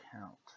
count